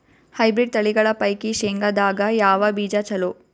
Hybrid ತಳಿಗಳ ಪೈಕಿ ಶೇಂಗದಾಗ ಯಾವ ಬೀಜ ಚಲೋ?